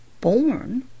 born